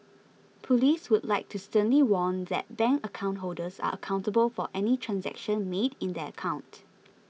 police would like to sternly warn that bank account holders are accountable for any transaction made in their account